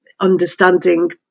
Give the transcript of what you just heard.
understanding